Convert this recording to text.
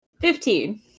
Fifteen